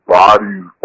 bodies